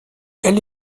elle